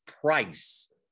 price